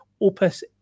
Opus